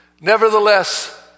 nevertheless